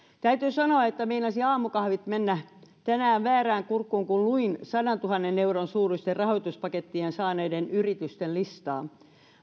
täytyy sanoa että meinasi aamukahvit mennä tänään väärään kurkkuun kun luin sadantuhannen euron suuruisten rahoituspakettien saaneiden yritysten listaa